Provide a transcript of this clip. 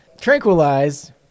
tranquilize